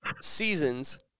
seasons